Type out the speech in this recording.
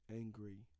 angry